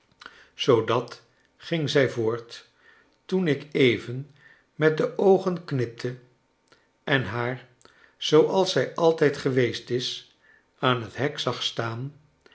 zoodat ging zij voort toen ik even met de oogen knipte en haar zooals zij altijd geweest is aan het hek zag staan